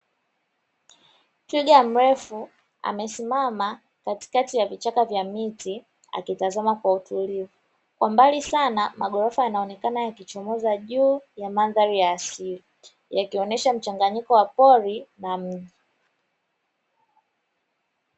Twiga mrefu amesimama katikati ya vichaka vya miti akitazama kwa utulivu. Kwa mbali sana maghorofa yanaonekana yakichomoza juu ya mandhari ya asili, yakionyesha mchanganyiko wa pori na mji.